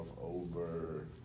over